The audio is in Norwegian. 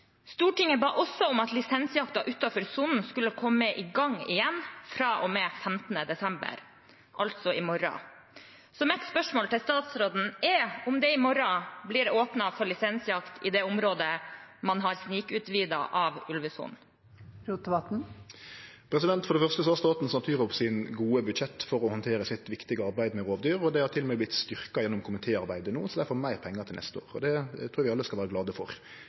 Stortinget ba også om at lisensjakten utenfor sonen skulle komme i gang igjen fra og med 15. desember, altså i morgen. Mitt spørsmål til statsråden er om det i morgen blir åpnet for lisensjakt i det området man har snikutvidet av ulvesonen. For det første har Statens naturoppsyn gode budsjett for å handtere sitt viktige arbeid med rovdyr. Dei har til og med no vorte styrkte gjennom komitéarbeidet, slik at dei får meir pengar til neste år. Det trur eg vi alle skal vere glade for.